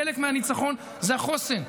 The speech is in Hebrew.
חלק מהניצחון זה החוסן.